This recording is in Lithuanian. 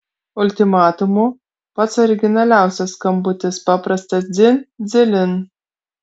ultimatumu pats originaliausias skambutis paprastas dzin dzilin